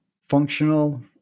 functional